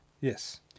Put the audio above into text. Yes